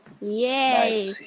Yay